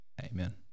Amen